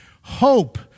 Hope